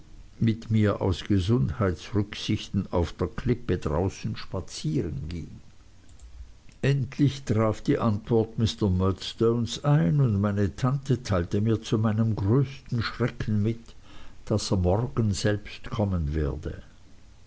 mit mir aus gesundheitsrücksichten auf der klippe draußen spazieren ging endlich traf die antwort mr murdstones ein und meine tante teilte mir zu meinem größten schrecken mit daß er morgen selbst kommen werde